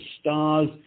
stars